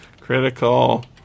Critical